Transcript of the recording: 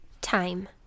Time